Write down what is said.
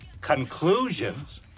conclusions